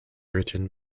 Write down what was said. written